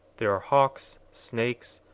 there are hawks, snakes,